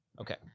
okay